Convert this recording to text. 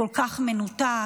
כל כך מנותק,